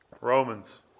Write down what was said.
Romans